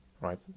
right